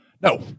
no